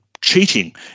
cheating